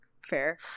Fair